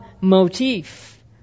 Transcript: motif